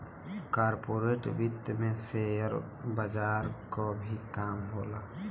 corporate वित्त में share बजार क भी काम होला